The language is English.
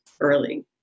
early